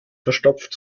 verstopft